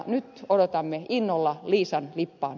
nyt odotamme innolla liisan lippaan